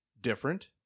different